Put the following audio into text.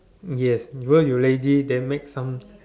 yes because you lazy then make some